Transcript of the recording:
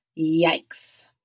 Yikes